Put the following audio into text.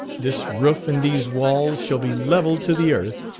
this roof and these walls shall be levelled to the earth,